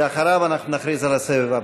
ואחריו אנחנו נכריז על הסבב הבא.